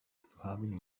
having